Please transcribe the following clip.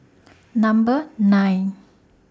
Number nine